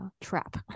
trap